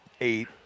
eight